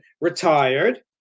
retired